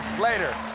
Later